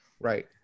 Right